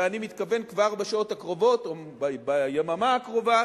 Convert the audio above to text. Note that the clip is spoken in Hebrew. ואני מתכוון כבר בשעות הקרובות או ביממה הקרובה